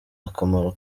akamaro